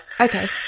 Okay